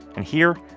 and here,